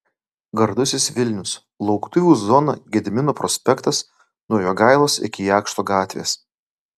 gardusis vilnius lauktuvių zona gedimino prospektas nuo jogailos iki jakšto gatvės